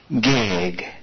gig